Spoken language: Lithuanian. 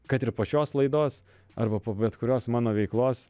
kad ir pačios laidos arba po bet kurios mano veiklos